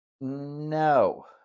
No